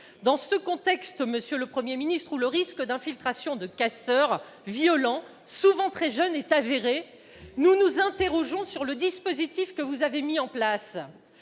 Dans un contexte où le risque d'infiltration de casseurs violents, souvent très jeunes, est avéré, nous nous interrogeons sur le dispositif que vous avez mis en place.